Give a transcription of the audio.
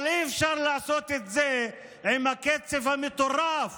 אבל אי-אפשר לעשות את זה עם הקצב המטורף